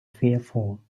fearful